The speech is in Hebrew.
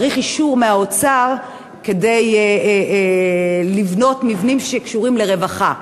צריך אישור מהאוצר כדי לבנות מבנים שקשורים לרווחה.